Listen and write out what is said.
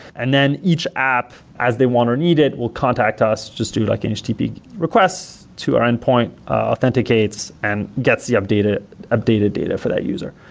and then each app, as they want or need it, will contact us just to like and http requests to our endpoint, authenticates and gets updated updated data for that user.